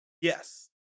Yes